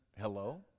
Hello